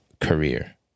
career